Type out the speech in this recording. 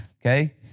Okay